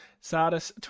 Sardis